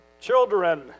Children